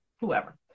whoever